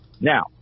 Now